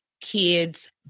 kids